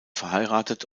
verheiratet